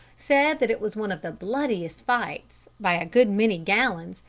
said that it was one of the bloodiest fights, by a good many gallons,